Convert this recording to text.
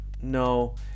No